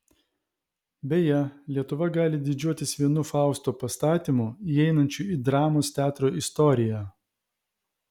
beje lietuva gali didžiuotis vienu fausto pastatymu įeinančiu į dramos teatro istoriją